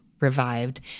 revived